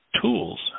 tools